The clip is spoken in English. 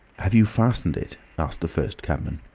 have you fastened it? asked the first cabman.